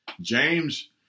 James